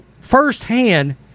firsthand